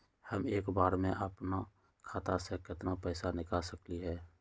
हम एक बार में अपना खाता से केतना पैसा निकाल सकली ह?